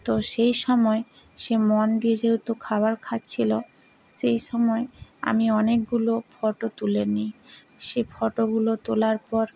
তো সেই সময় সে মন দিয়ে যেহেতু খাবার খাচ্ছিলো সেই সময় আমি অনেকগুলো ফটো তুলে নি সে ফটোগুলো তোলার পর